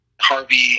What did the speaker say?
Harvey